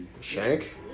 Shank